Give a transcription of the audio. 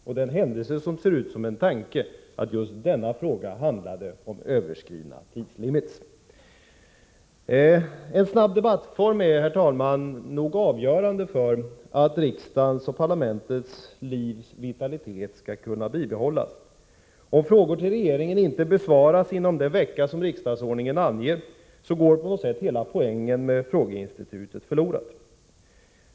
Det är en händelse som ser ut som en tanke att just denna fråga handlade om En snabb debattform är, herr talman, nog avgörande för att riksdagens och parlamentets vitalitet skall kunna bibehållas. Om frågor till regeringen inte besvaras inom den vecka som riksdagsordningen anger går på något sätt hela poängen med frågeinstitutet förlorad.